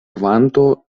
kvanto